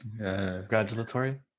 Congratulatory